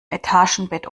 etagenbett